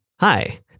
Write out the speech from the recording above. Hi